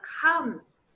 comes